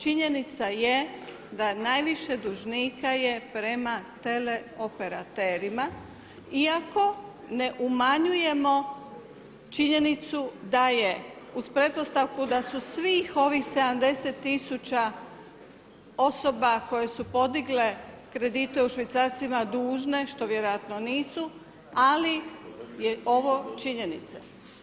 Činjenica je da najviše dužnika je prema teleoperaterima iako ne umanjujemo činjenicu da je, uz pretpostavku da su svih ovih 70 tisuća osobe koje su podigle kredite u švicarcima dužne, što vjerojatno nisu ali su ovo činjenice.